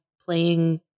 playing